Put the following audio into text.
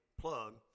Plug